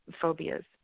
phobias